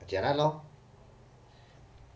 jialat lor